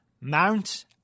Mount